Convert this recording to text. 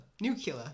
Nuclear